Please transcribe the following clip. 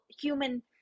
human